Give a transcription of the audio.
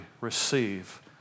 receive